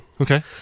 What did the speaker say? Okay